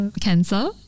cancer